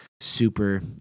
super